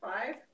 Five